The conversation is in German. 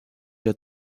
der